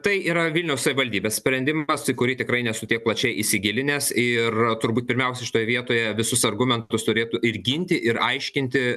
tai yra vilniaus savivaldybės sprendimas į kurį tikrai nesu tiek plačiai įsigilinęs ir turbūt pirmiausia šitoj vietoje visus argumentus turėtų ir ginti ir aiškinti